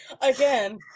Again